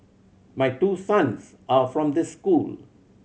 my two sons are from this school